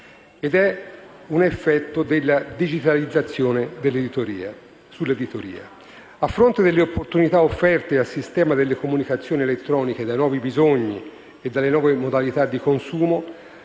Ed è un effetto della digitalizzazione sull'editoria.